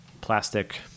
plastic